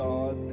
God